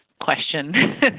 question